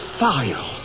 file